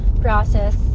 process